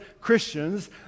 Christians